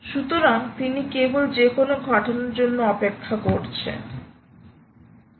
সুতরাং তিনি কেবল যে কোনও ঘটনার জন্য অপেক্ষা করছেন ছাত্র হ্যাঁ